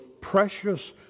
precious